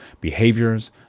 behaviors